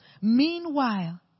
Meanwhile